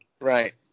Right